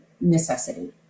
necessity